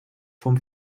vom